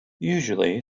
usually